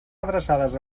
adreçades